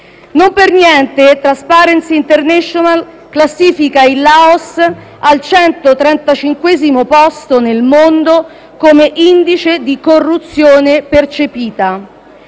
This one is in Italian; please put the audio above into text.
Non per niente Trasparency international classifica il Laos al 135° posto nel mondo come indice di corruzione percepita.